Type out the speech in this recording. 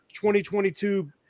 2022